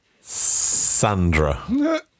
Sandra